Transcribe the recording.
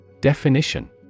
Definition